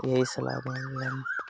यही सलाह देंगे हम